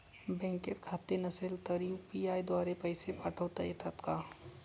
बँकेत खाते नसेल तर यू.पी.आय द्वारे पैसे पाठवता येतात का?